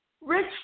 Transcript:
Rich